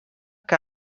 que